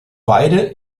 beide